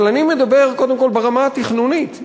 אבל אני מדבר קודם כול ברמה התכנונית,